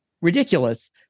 ridiculous